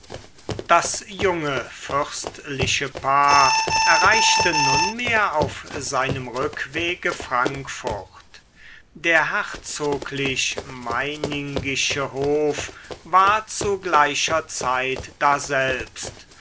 das junge fürstliche paar erreichte nunmehr auf seinem rückwege frankfurt der herzoglich meiningische hof war zu gleicher zeit daselbst